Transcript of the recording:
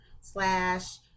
slash